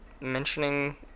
mentioning